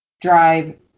drive